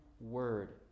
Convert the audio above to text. word